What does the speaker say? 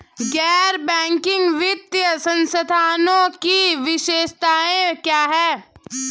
गैर बैंकिंग वित्तीय संस्थानों की विशेषताएं क्या हैं?